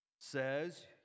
says